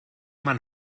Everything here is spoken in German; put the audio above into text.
man